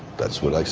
that's what i